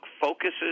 focuses